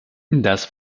das